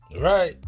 Right